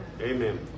Amen